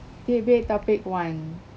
debate topic one